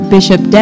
Bishop